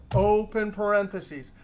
open parentheses.